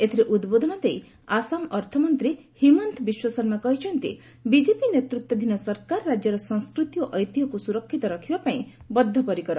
ଏଥିରେ ଉଦ୍ବୋଧନ ଦେଇ ଆସାମ ଅର୍ଥମନ୍ତ୍ରୀ ହିମନ୍ତ ବିଶ୍ୱଶର୍ମା କହିଛନ୍ତି ବିଜେପି ନେତୃତ୍ୱାଧୀନ ସରକାର ରାଜ୍ୟର ସଂସ୍କୃତି ଓ ଐତିହ୍ୟକୁ ସୁରକ୍ଷିତ ରଖିବା ପାଇଁ ବଦ୍ଧପରିକର